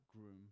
groom